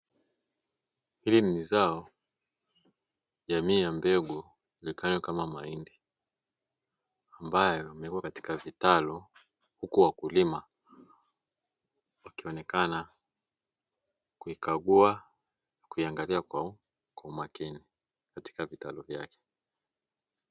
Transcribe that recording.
Hili ni zao jamii ya mbegu likaloo kama mahindi, ambayo limewekwa katika vitalu, huku wakulima wakionekana kuikagua, kuiangalia kwa umakini katika vitalu vyake .